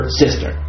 sister